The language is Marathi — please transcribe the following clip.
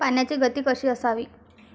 पाण्याची गती कशी असावी?